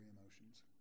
emotions